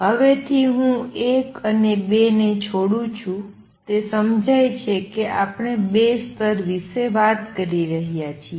હવેથી હું ૧ અને ૨ ને છોડું છું તે સમજાય છે કે આપણે બે સ્તર વિશે વાત કરી રહ્યા છીએ